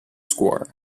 score